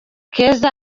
keza